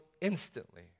instantly